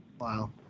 Wow